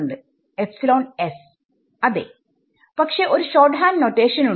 വിദ്യാർത്ഥി epsilon s അതേ പക്ഷെ ഒരു ഷോർട് ഹാൻഡ് നൊറ്റേഷൻ ഉണ്ട്